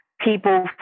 people